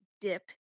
dip